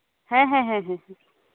ᱦᱮᱸ ᱦᱮᱸ ᱦᱮᱸ